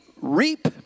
reap